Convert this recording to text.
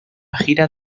gira